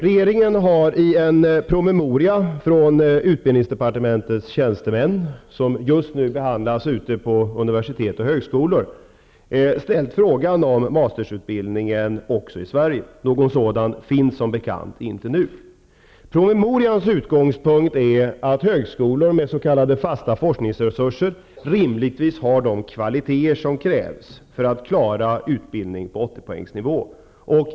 Regeringen har i en promemoria från utbildningsdepartementets tjänstemän som just nu behandlas ute på universitet och högskolor ställt frågan om vi skall ha mastersutbildning också i Sverige. Någon sådan finns som bekant inte nu. Promemorians utgångspunkt är att högskolor med s.k. fasta forskningsresurser rimligtvis har de kvaliteter som krävs för att klara utbildning på åttiopoängsnivå.